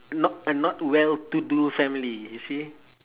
not a not well to do family you see